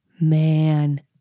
man